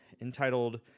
entitled